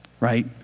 Right